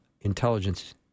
intelligence